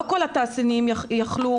לא כל התעשיינים יכלו